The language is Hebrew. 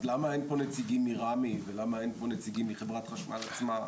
למה אין פה נציגים מרמ"י וחברת חשמל עצמה,